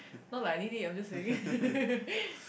not like I need it I'm just saying